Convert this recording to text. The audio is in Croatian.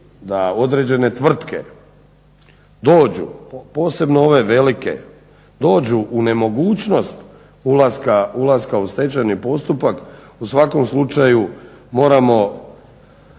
da određene tvrtke dođu, posebno ove velike, dođu u nemogućnost ulaska u stečajni postupak. U svakom slučaju moramo